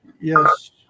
Yes